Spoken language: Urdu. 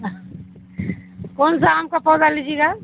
کون سا آم کا پودا لیجیے گا